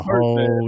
whole